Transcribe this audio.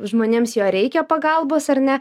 žmonėms jo reikia pagalbos ar ne